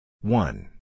One